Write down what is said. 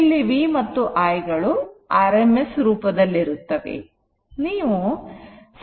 ಇಲ್ಲಿ V ಮತ್ತು I ಗಳು rms ರೂಪದಲ್ಲಿರುತ್ತವೆ